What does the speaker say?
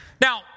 Now